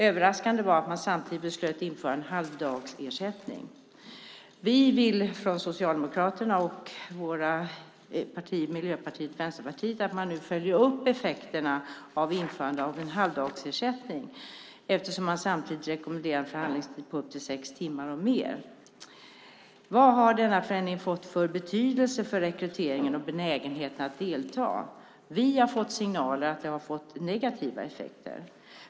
Överraskande var att man samtidigt beslöt att införa en halvdagsersättning. Vi från Socialdemokraterna, Miljöpartiet och Vänsterpartiet vill nu att man följer upp effekterna av införandet av en halvdagsersättning eftersom man samtidigt rekommenderade en förhandlingstid på upp till sex timmar och mer. Vad har denna förändring fått för betydelse för rekryteringen och benägenheten att delta? Vi har fått signaler om att det har fått negativa effekter.